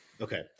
Okay